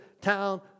town